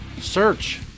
Search